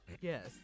Yes